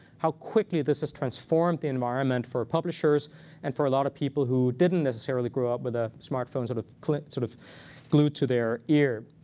how quickly this has transformed the environment for publishers and for a lot of people who didn't necessarily grow up with a smartphone sort of sort of glued to their ear.